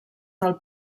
del